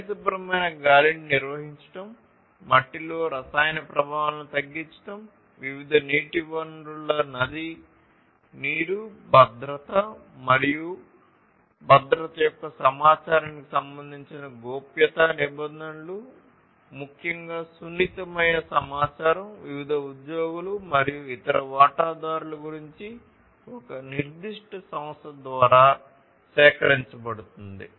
పరిశుభ్రమైన గాలిని నిర్వహించడం మట్టిలో రసాయన ప్రభావాలను తగ్గించడం వివిధ నీటి వనరుల నది నీరు భద్రత మరియు భద్రత యొక్క సమాచారానికి సంబంధించిన గోప్యతా నిబంధనలు ముఖ్యంగా సున్నితమైన సమాచారం వివిధ ఉద్యోగులు మరియు ఇతర వాటాదారుల గురించి ఒక నిర్దిష్ట సంస్థ ద్వారా సేకరించబడుతుంది